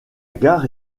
gare